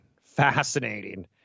Fascinating